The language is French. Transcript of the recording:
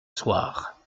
soir